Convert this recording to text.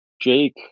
jake